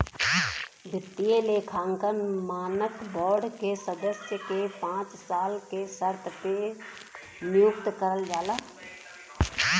वित्तीय लेखांकन मानक बोर्ड के सदस्य के पांच साल के शर्त पे नियुक्त करल जाला